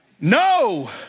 No